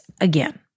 again